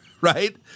right